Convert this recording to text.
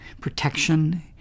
protection